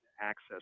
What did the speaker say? access